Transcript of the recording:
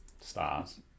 stars